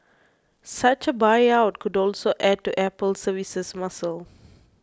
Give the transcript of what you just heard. such a buyout would also add to Apple's services muscle